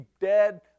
dead